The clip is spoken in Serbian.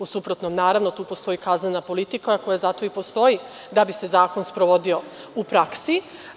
U suprotnom, naravno, tu postoji kaznena politika, koja zato i postoji da bi se zakon sprovodio u praksi.